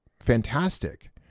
fantastic